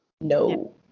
no